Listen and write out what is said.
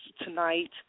tonight